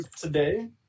today